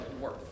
worth